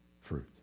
fruit